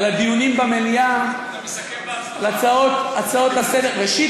על הדיונים במליאה, על ההצעות לסדר-היום.